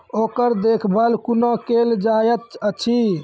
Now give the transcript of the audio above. ओकर देखभाल कुना केल जायत अछि?